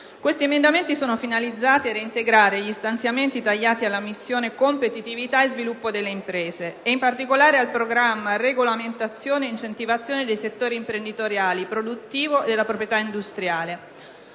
proposte emendative sono finalizzate a reintegrare gli stanziamenti tagliati alla missione «Competitività e sviluppo delle imprese» e in particolare al programma «Regolamentazione e incentivazione dei settori imprenditoriale, produttivo e della proprietà industriale».